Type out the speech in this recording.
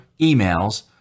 emails